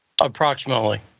approximately